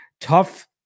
tough